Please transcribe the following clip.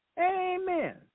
Amen